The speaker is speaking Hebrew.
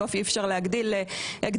בסוף אי אפשר להגדיל הגדלנו.